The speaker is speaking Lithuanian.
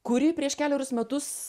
kuri prieš kelerius metus